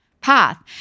path